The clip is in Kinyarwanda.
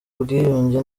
ubwiyunge